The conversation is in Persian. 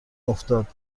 افتاده